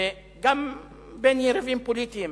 גם בין יריבים פוליטיים.